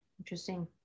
Interesting